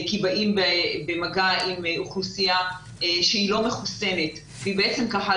כי באים במגע עם אוכלוסייה שהיא לא מחוסנת והיא בעצם קהל